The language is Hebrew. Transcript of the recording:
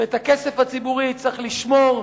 שאת הכסף הציבורי צריך לשמור,